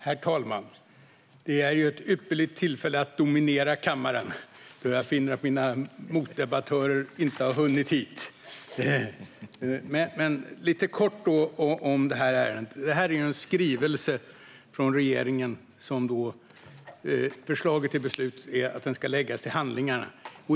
Strategisk export-kontroll 2017 - krigsmateriel och produkter med dubbla användningsområden Herr talman! Det här är ett ypperligt tillfälle att dominera kammaren, då jag finner att mina motdebattörer inte har hunnit hit. Låt mig säga något kort om ärendet. Det handlar om en skrivelse från regeringen, och förslaget till beslut är att den ska läggas till handlingarna.